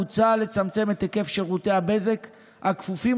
מוצע לצמצם את היקף שירותי הבזק הכפופים